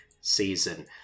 season